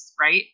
right